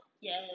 Yes